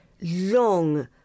long